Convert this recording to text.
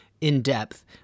in-depth